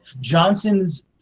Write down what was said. Johnson's